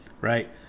right